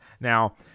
Now